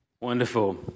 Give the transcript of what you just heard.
Wonderful